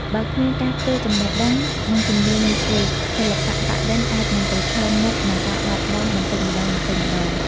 បើគ្មានការផ្ទេរចំណេះដឹង និងជំនាញនេះទេ សិល្បៈប៉ាក់-ឌិន អាចនឹងប្រឈមមុខនឹងការបាត់បង់បន្តិចម្តងៗ។